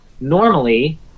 normally